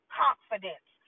confidence